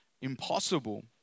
impossible